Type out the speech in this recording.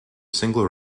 single